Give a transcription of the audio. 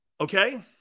Okay